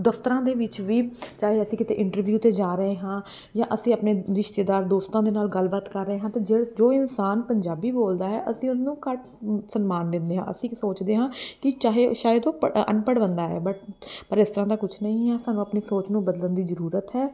ਦਫਤਰਾਂ ਦੇ ਵਿੱਚ ਵੀ ਚਾਹੇ ਅਸੀਂ ਕਿਤੇ ਇੰਟਰਵਿਊ 'ਤੇ ਜਾ ਰਹੇ ਹਾਂ ਜਾਂ ਅਸੀਂ ਆਪਣੇ ਰਿਸ਼ਤੇਦਾਰ ਦੋਸਤਾਂ ਦੇ ਨਾਲ ਗੱਲਬਾਤ ਕਰ ਰਹੇ ਹਾਂ ਅਤੇ ਜਿਹ ਜੋ ਇਨਸਾਨ ਪੰਜਾਬੀ ਬੋਲਦਾ ਹੈ ਅਸੀਂ ਉਹਨਾਂ ਨੂੰ ਘੱਟ ਸਨਮਾਨ ਦਿੰਦੇ ਹਾਂ ਅਸੀਂ ਸੋਚਦੇ ਹਾਂ ਕਿ ਚਾਹੇ ਸ਼ਾਇਦ ਉਹ ਪ ਅਨਪੜ੍ਹ ਬੰਦਾ ਹੈ ਬਟ ਪਰ ਇਸ ਤਰ੍ਹਾਂ ਦਾ ਕੁਛ ਨਹੀਂ ਹੈ ਸਾਨੂੰ ਆਪਣੀ ਸੋਚ ਨੂੰ ਬਦਲਣ ਦੀ ਜ਼ਰੂਰਤ ਹੈ